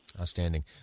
Outstanding